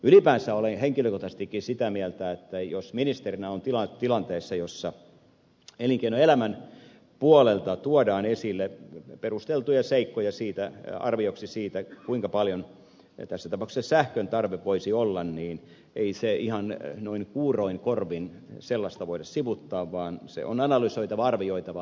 ylipäänsä olen henkilökohtaisestikin sitä mieltä että jos ministerinä on tilanteessa jossa elinkeinoelämän puolelta tuodaan esille perusteltuja seikkoja arvioksi siitä kuinka paljon tässä tapauksessa sähkön tarve voisi olla niin ei ihan kuuroin korvin sellaista voida sivuuttaa vaan se on analysoitava arvioitava